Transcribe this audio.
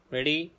Ready